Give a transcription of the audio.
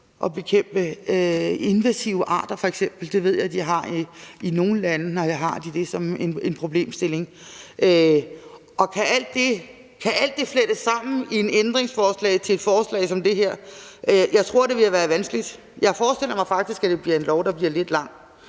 at bekæmpe invasive arter; det ved jeg at de har som en problemstilling i nogle lande. Kan alt det flettes sammen i et ændringsforslag til et forslag som det her? Jeg tror, det vil være vanskeligt. Jeg forestiller mig faktisk, at det bliver en lov, der bliver lidt lang.